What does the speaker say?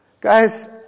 guys